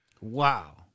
Wow